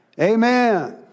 Amen